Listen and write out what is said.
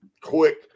quick